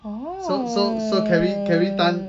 oh